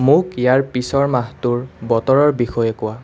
মোক ইয়াৰ পিছৰ মাহটোৰ বতৰৰ বিষয়ে কোৱা